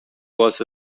was